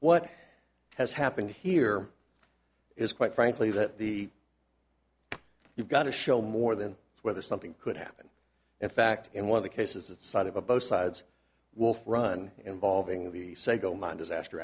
what has happened here is quite frankly that the you've got to show more than whether something could happen in fact in one of the cases that side of a both sides wolf run involving the sago mine disaster